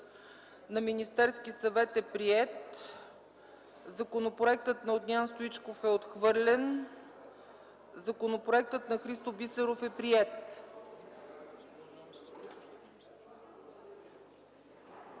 на Министерския съвет е приет. Законопроектът на Огнян Стоичков е отхвърлен. Законопроектът на Христо Бисеров е приет.